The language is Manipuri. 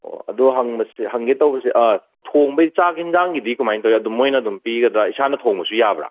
ꯑꯣ ꯑꯗꯣ ꯍꯪꯕꯁꯤ ꯍꯪꯒꯦ ꯇꯧꯕꯁꯤ ꯊꯣꯡꯕꯩ ꯆꯥꯛ ꯍꯤꯡꯖꯥꯡꯒꯤꯗꯤ ꯀꯃꯥꯏ ꯇꯧꯋꯦ ꯃꯣꯏꯅ ꯑꯗꯨꯝ ꯄꯤꯒꯗ꯭ꯔꯥ ꯏꯁꯥꯅ ꯊꯣꯡꯕꯁꯨ ꯌꯥꯕ꯭ꯔꯥ